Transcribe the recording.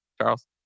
Charles